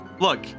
Look